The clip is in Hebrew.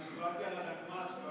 אני דיברתי על הנגמ"ש.